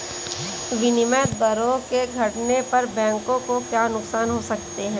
विनिमय दरों के घटने पर बैंकों को क्या नुकसान हो सकते हैं?